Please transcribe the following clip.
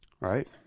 Right